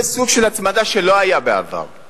זה סוג של הצמדה שלא היתה בעבר.